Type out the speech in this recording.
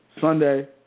Sunday